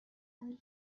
and